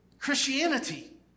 Christianity